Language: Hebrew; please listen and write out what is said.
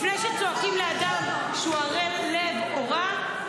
לפני שצועקים לאדם שהוא ערל לב או רע,